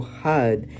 hard